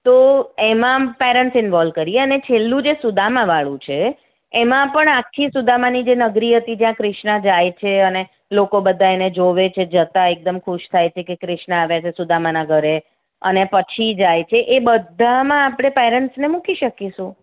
તો એમાં parents involve કરીએ અને છેલ્લું જે સુદામાવાળું છે એમાં પણ આખી સુદામાની જે નગરી હતી જ્યાં ક્રિષ્ના જાય છે અને લોકો બધાંયને જોવે છે જતાં એકદમ ખુશ થાય છે કે કૃષ્ણ આવે છે સુદામાના ઘરે અને પછી જાય છે એ બધામાં આપણે પેરેન્ટ્સને મૂકી શકીશું